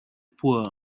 poor